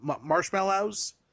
marshmallows